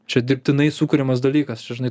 čia dirbtinai sukuriamas dalykas žinai